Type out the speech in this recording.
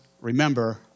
Remember